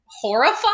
horrified